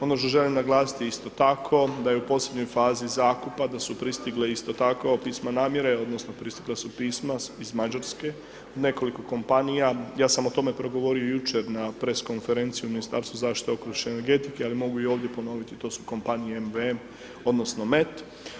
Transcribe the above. Ono što želim naglasiti isto tako da je u posljednjoj fazi zakupa da su pristigla isto tako pisma namjere, odnosno pristigla su pisma iz Mađarske od nekoliko kompanija, ja sam o tome progovorio jučer na press konferenciji u Ministarstvu zaštite okoliša i energetike, ali mogu i ovdje ponovit to su kompanije MVM odnosno MET.